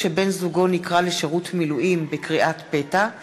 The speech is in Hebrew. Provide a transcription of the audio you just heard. (פטורין) (פטור מארנונה למעונות הסטודנטים),